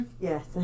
Yes